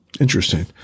Interesting